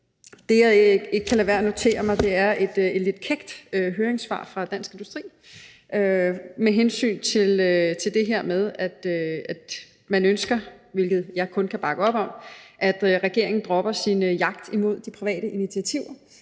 Det, jeg ikke kan lade være med at notere mig, er et lidt kækt høringssvar fra Dansk Industri med hensyn til det her med, at man – hvilket jeg kun kan bakke op om – ønsker, at regeringen dropper sin jagt på de private initiativer